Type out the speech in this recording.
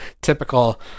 typical